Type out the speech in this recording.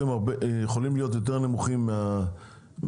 יכולים להיות יותר נמוכים מהמכולות.